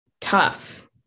tough